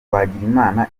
twagirimana